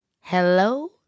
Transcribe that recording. Hello